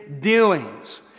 dealings